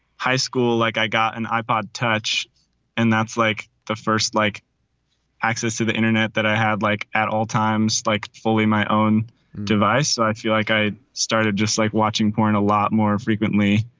high school, like i got an ipod touch and that's like the first like access to the internet that i had like at all times, like fully my own device. i feel like i started just like watching porn a lot more frequently.